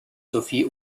sophie